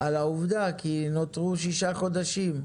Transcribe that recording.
על העובדה כי נותרו שישה חודשים.